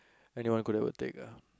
anyone could ever take ah